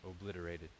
obliterated